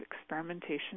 experimentation